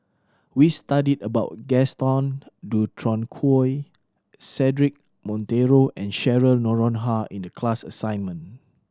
we studied about Gaston Dutronquoy Cedric Monteiro and Cheryl Noronha in the class assignment